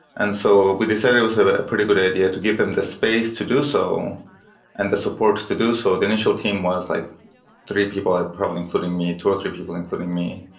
and so, we decided it was a pretty good idea to give them the space to do so and the support to do so. the initial team was like three people, probably including me, two or three people including me.